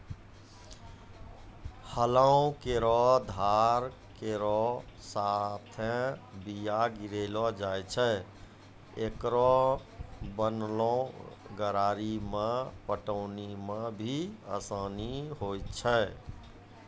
हलो केरो धार केरो साथें बीया गिरैलो जाय छै, एकरो बनलो गरारी सें पटौनी म भी आसानी होय छै?